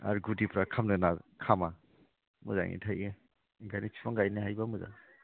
आरो गुदिफ्रा खामनो खामा मोजाङै थायो ओंखायनो बिफां गायनो हायोबा मोजां